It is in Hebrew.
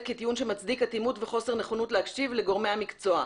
כטיעון שמצדיק אטימות וחוסר נכונות להקשיב לגורמי המקצוע.